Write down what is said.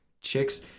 chicks